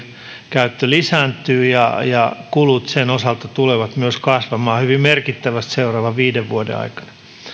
alkoholinkäyttö lisääntyy ja ja kulut sen osalta tulevat myös kasvamaan hyvin merkittävästi seuraavan viiden vuoden aikana